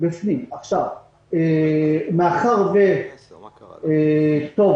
מאחר ולא